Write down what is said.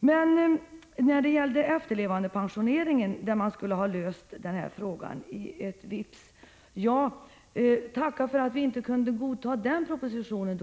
Problemet med efterlevandepensioneringen skulle vi ha kunnat lösa om vi godtagit regeringens proposition, sade Doris Håvik. Tacka för att vi inte kunde godta den propositionen!